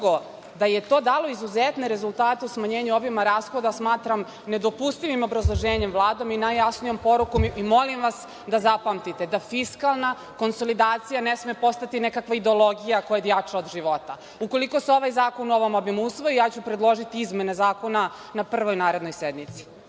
da je to dalo izuzetne rezultate u smanjenju obima rashoda smatram nedopustivim obrazloženjem Vlade i najjasnijom porukom. Molim vas da zapamtite da fiskalna konsolidacija ne sme postati nekakva ideologija koja je jača od života. Ukoliko se ovaj zakon u ovom obimu usvoji, ja ću predložiti izmene zakona na prvoj narednoj sednici.